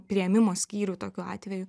priėmimo skyrių tokiu atveju